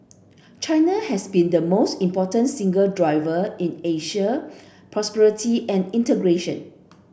China has been the most important single driver in Asia's prosperity and integration